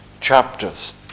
chapters